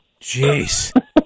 Jeez